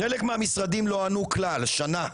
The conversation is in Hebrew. חלק מהמשרדים לא ענו כלל שנה,